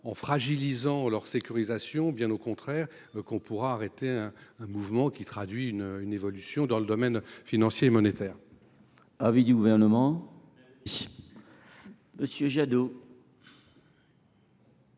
en fragilisant leur sécurisation que l’on arrêtera un mouvement qui traduit une évolution dans le domaine financier et monétaire,